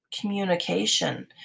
communication